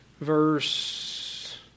verse